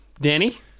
danny